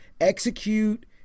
execute